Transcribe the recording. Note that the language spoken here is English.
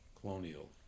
colonial